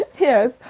Yes